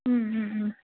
ம் ம் ம்